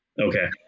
Okay